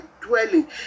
dwelling